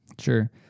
Sure